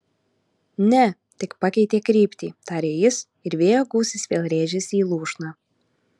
ne tik pakeitė kryptį tarė jis ir vėjo gūsis vėl rėžėsi į lūšną